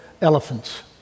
elephants